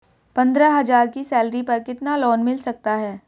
पंद्रह हज़ार की सैलरी पर कितना लोन मिल सकता है?